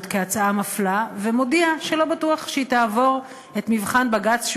כהצעה מפלה ומודיע שלא בטוח שהיא תעבור את מבחן בג"ץ,